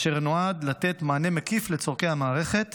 אשר נועד לתת מענה מקיף לצורכי המערכת